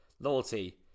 loyalty